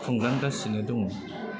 खुंलांगासिनो दं